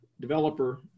developer